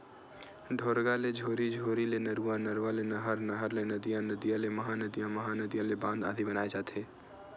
ढोरगा ले झोरी, झोरी ले नरूवा, नरवा ले नहर, नहर ले नदिया, नदिया ले महा नदिया, नदिया ले बांध आदि बनाय जाथे